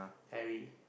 Khairi